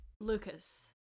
Lucas